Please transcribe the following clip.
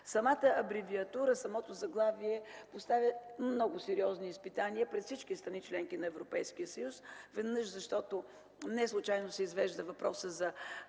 Самата абревиатура и заглавие поставят много сериозни изпитания пред всички страни – членки на Европейския съюз. Веднъж защото неслучайно се извежда въпросът за